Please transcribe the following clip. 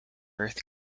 earth